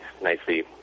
nicely